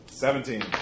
Seventeen